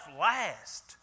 last